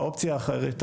האופציה האחרת,